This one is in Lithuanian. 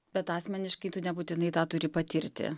bet asmeniškai tu nebūtinai tą turi patirti